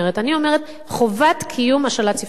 אני אומרת: חובת קיום השאלת ספרי לימוד.